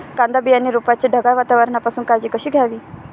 कांदा बियाणे रोपाची ढगाळ वातावरणापासून काळजी कशी घ्यावी?